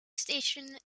station